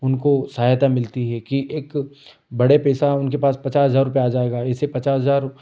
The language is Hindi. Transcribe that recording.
उनको सहायता मिलती है कि एक बड़े पैसा उनके पास पचास हज़ार रुपये आ जाएगा ऐसे पचास हज़ार